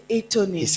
étonné